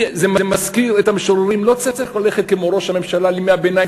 לא צריך ללכת כמו ראש הממשלה לימי הביניים,